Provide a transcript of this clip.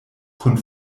kun